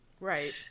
Right